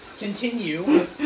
Continue